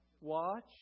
Watch